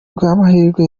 bw’amahirwe